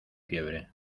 fiebre